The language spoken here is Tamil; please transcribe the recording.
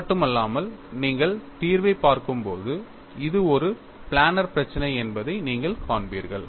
இது மட்டுமல்லாமல் நீங்கள் தீர்வைப் பார்க்கும்போது இது ஒரு பிளானர் பிரச்சினை என்பதை நீங்கள் காண்பீர்கள்